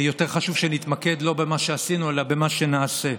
שיותר חשוב שנתמקד לא במה שעשינו אלא במה שנעשה,